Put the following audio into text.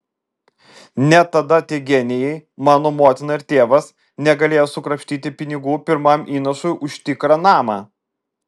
net tada tie genijai mano motina ir tėvas negalėjo sukrapštyti pinigų pirmam įnašui už tikrą namą